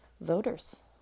voters